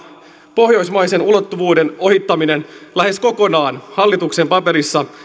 pohjoismaisen ulottuvuuden ohittaminen lähes kokonaan hallituksen paperissa